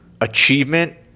achievement